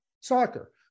soccer